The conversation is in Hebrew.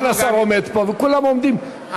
סגן השר עומד פה וכולם עומדים.